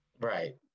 Right